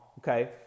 Okay